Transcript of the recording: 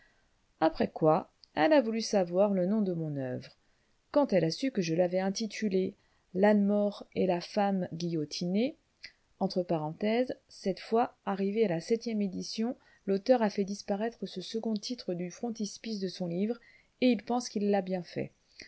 après quoi elle a voulu savoir le nom de mon oeuvre quand elle a su que je l'avais intitulée l'ane mort et la femme guillotinée cette fois arrivé à la septième édition l'auteur a fait disparaître ce second titre du frontispice de son livre et il pense qu'il a bien fait